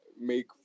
make